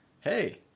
Hey